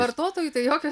vartotojui tai jokio